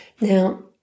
Now